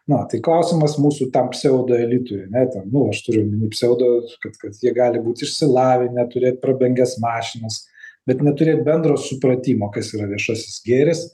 na tai klausimas mūsų tam pseudoelitui ar ne ten nu aš turiu omeny pseudo kad kad jie gali būt išsilavinę turėt prabangias mašinas bet neturėt bendro supratimo kas yra viešasis gėris